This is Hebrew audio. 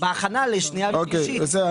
בהכנה לשנייה ושלישית --- בסדר,